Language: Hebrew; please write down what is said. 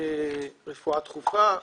רפואה דחופה,